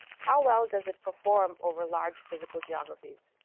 how well does it perform over large physical geographies?